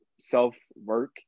self-work